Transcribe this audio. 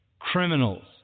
Criminals